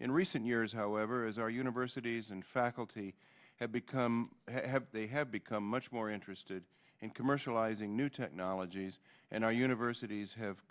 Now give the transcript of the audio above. in recent years however as our universities and faculty have become have they have become much more interested in commercialising new technologies and our universities have